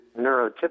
neurotypical